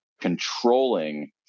controlling –